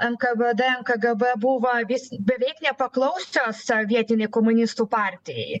nkvd nkgb buvo vis beveik nepaklausios vietinei komunistų partijai